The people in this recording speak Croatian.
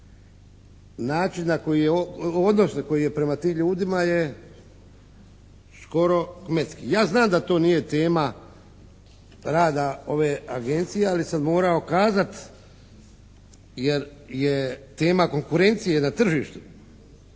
tisuće kuna. Odnos na koji je prema tim ljudima je skoro kmetski. Ja znam da to nije tema rada ove Agencije ali sam morao kazat jer je tema konkurencije na tržištu.